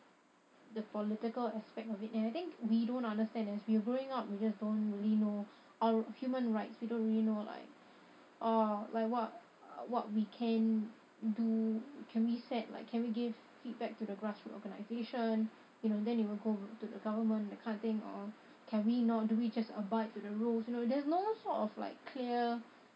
the political aspect of it and I think we don't understand as we are growing up we just don't really know our human rights we don't really know like oh like what what we can do can we sat can we give feedback to the grassroot organisation you know then you will go to the government that kind of thing or can we not do we just abide to the rules you know there's no sort of like clear